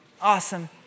Awesome